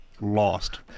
lost